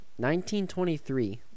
1923